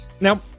Now